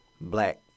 black